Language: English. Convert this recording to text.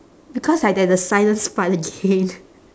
because like there's a silence part again